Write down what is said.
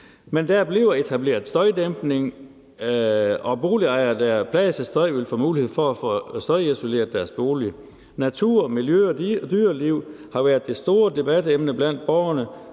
Men der bliver etableret støjdæmpning, og boligejere, der plages af støj, vil få mulighed for at få støjisoleret deres bolig. Natur, miljø og dyreliv har været det store debatemne blandt borgerne,